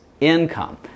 income